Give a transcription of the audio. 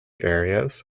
areas